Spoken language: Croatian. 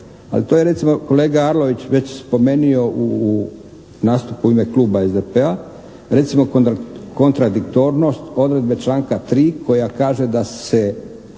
a to je recimo kolega Arlović već spomenio u nastupu u ime Kluba SDP-a. Recimo, kontradiktornost odredbe članka 3. koja kaže da se